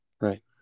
Right